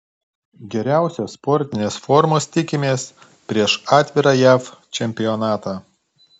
geriausios sportinės formos tikimės prieš atvirą jav čempionatą